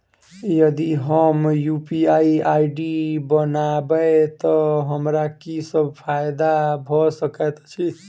यदि हम UPI ID बनाबै तऽ हमरा की सब फायदा भऽ सकैत अछि?